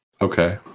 Okay